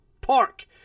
Park